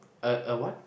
a a what